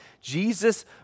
Jesus